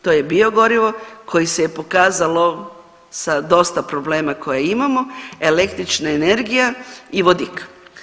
To je biogorivo koje se pokazalo sa dosta problema koje imamo, električna energija i vodik.